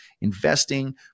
investing